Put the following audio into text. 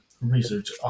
research